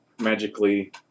magically